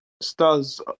stars